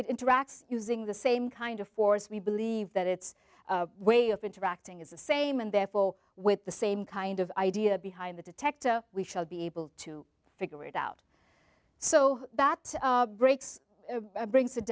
it interacts using the same kind of force we believe that its way of interacting is the same and therefore with the same kind of idea behind the detector we shall be able to figure it out so that breaks brings it